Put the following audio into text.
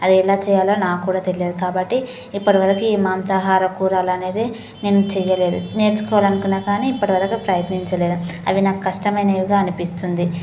అది ఎలా చేయాలో నా కూడా తెలియదు కాబట్టి ఇప్పటివరకి ఈ మాంసాహార కూర అనేది నేను చేయలేదు నేర్చుకోవాలనుకున్న కానీ ఇప్పటివరకు ప్రయత్నించలేదు అవి నాకు కష్టమైనవిగా అనిపిస్తుంది